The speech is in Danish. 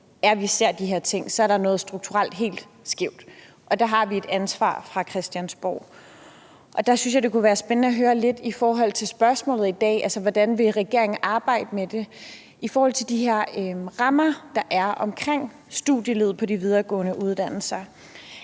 ser de her ting, er der noget strukturelt helt skævt. Der har vi et ansvar fra Christiansborgs side. Der synes jeg, det kunne være spændende at høre lidt i forhold til spørgsmålet i dag om, hvordan regeringen vil arbejde med det. I forhold til de her rammer, der er omkring studielivet på de videregående uddannelser,